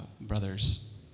brothers